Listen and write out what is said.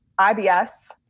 IBS